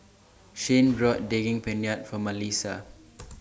Shyann bought Daging Penyet For Malissa